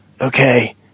Okay